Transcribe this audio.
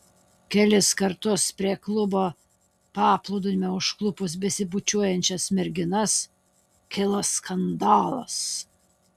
kelis kartus prie klubo paplūdimio užklupus besibučiuojančias merginas kilo skandalas